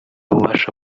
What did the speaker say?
ububasha